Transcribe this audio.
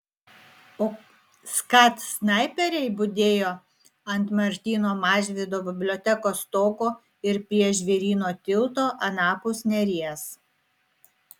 o skat snaiperiai budėjo ant martyno mažvydo bibliotekos stogo ir prie žvėryno tilto anapus neries